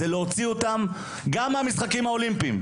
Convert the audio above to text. היא להוציא את אותן מדינות גם מהמשחקים האולימפיים,